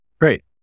Great